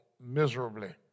miserably